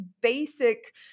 basic